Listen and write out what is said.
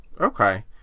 Okay